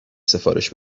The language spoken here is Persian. سفارش